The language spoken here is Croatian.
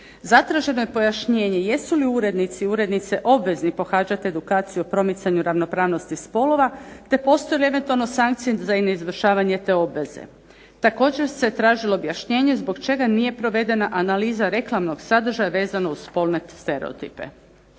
Zatraženo je pojašnjenje jesu li urednici, urednice obvezni pohađati edukaciju o promicanju ravnopravnosti spolova, te postoje li eventualno sankcije za ne izvršenje te obveze? Također se tražilo objašnjenje zbog čega nije provedena analiza reklamnog sadržaja vezano uz spolne stereotipe.